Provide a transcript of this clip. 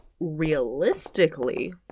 realistically